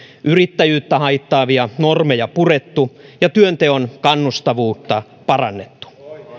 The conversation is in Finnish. yrittäjyyttä haittaavia normeja purettu ja työnteon kannustavuutta parannettu